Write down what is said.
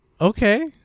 Okay